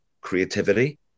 creativity